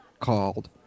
called